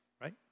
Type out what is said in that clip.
Right